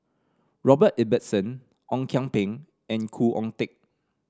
Robert Ibbetson Ong Kian Peng and Khoo Oon Teik